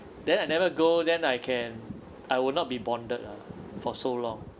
then I never go then I can I would not be bonded lah for so long